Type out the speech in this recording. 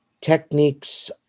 techniques